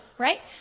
Right